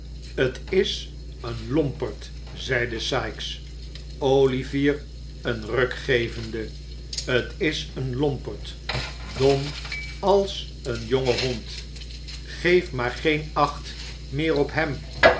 t is een lomperd zeide sikes olivier een ruk gevende t is een lomperd dom als een jonge hond geef maar geen acht meer op hem